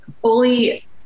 fully